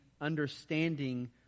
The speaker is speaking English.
understanding